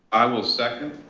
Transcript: i will second.